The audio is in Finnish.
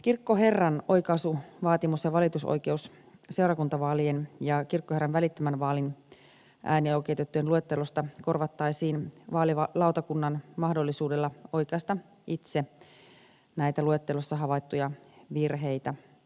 kirkkoherran oikaisuvaatimus ja valitusoikeus seurakuntavaalien ja kirkkoherran välittömän vaalin äänioikeutettujen luettelosta korvattaisiin vaalilautakunnan mahdollisuudella oikaista itse näitä luettelossa havaittuja virheitä